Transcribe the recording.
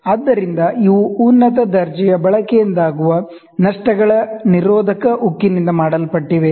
ಆದ್ದರಿಂದ ಇವು ಉನ್ನತ ದರ್ಜೆಯ ಬಳಕೆಯಿಂದಾಗುವ ನಷ್ಟಗಳ ನಿರೋಧಕ ಉಕ್ಕಿನಿಂದ ಮಾಡಲ್ಪಟ್ಟಿವೆ